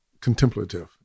contemplative